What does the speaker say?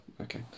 okay